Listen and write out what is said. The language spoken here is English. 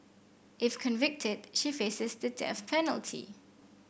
if convicted she faces the death penalty